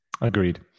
agreed